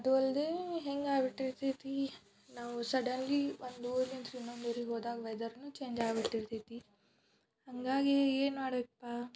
ಅದೂ ಅಲ್ಲದೆ ಹೇಗಾಗ್ಬಿಟ್ಟಿರ್ತೈತಿ ನಾವು ಸಡನ್ಲಿ ಒಂದು ಊರಿಂದ ಇನ್ನೊಂದು ಊರಿಗೆ ಹೋದಾಗ್ ವೆದರೂ ಚೇಂಜಾಗಿ ಬಿಟ್ಟಿರ್ತೈತಿ ಹಂಗಾಗಿ ಏನು ಮಾಡಬೇಕಪ್ಪ